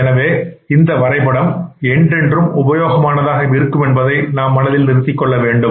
எனவே இந்த வரைபடம் என்றென்றும் உபயோகமானதாக இருக்கும் என்பதை மனதில் கொள்ள வேண்டும்